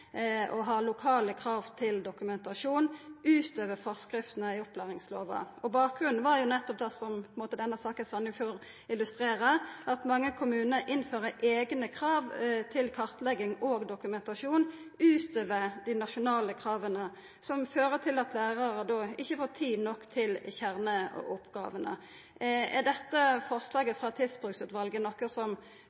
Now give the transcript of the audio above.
dokumentasjon utover forskriftene i opplæringslova. Bakgrunnen var nettopp det som denne saka i Sandefjord illustrerer, nemleg at mange kommunar innfører eigne krav til kartlegging og dokumentasjon utover dei nasjonale krava, noko som fører til at lærarar ikkje får tid nok til kjerneoppgåvene. Er dette forslaget frå Tidsbruksutvalet noko som